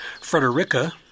Frederica